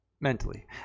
mentally